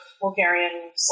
Bulgarian